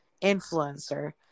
influencer